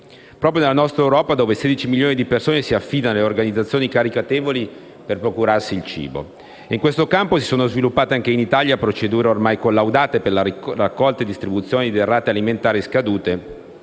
proprio nella nostra Europa, dove 16 milioni di persone si affidano alle organizzazioni caritatevoli per procurarsi cibo. E in questo campo si sono sviluppate, anche in Italia, procedure ormai collaudate per la raccolta e la distribuzione di derrate alimentari scadute,